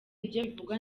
ibivugwa